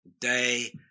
day